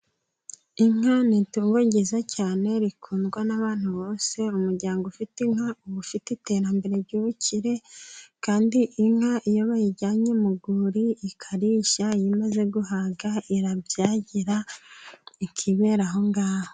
Inka ni itungo ryiza cyane rikundwa n'abantu bose, umuryango ufite inka uba ufite iterambere ry'ubukire, kandi inka iyo bayijyanye mu rwuri ikarisha, iyo imaze guhaga, irabyagira, ikibera aho ngaho.